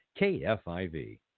KFIV